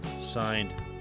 signed